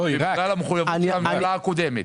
זה כלל המחוייבות של הממשלה הקודמת.